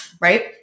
right